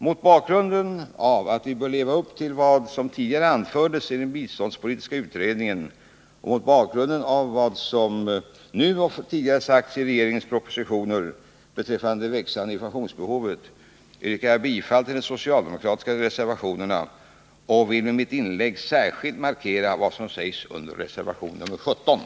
Mot bakgrunden av att vi bör leva upp till vad som tidigare anfördes i den biståndspolitiska utredningen och mot bakgrunden av vad som nu och tidigare sagts i regeringens propositioner beträffande det växande informationsbehovet yrkar jag bifall till de socialdemokratiska reservationerna och vill med mitt inlägg särskilt markera vad som sägs i reservation nr 0